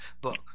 book